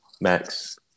Max